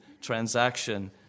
transaction